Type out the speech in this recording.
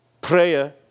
prayer